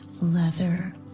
leather